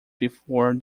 before